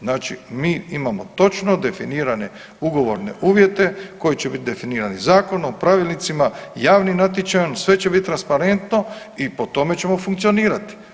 Znači mi imamo točne definirane ugovorne uvjete koji će biti definirani zakonom, pravilnicima, javnim natječajem sve će biti transparentno i po tome ćemo funkcionirati.